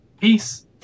peace